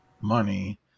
money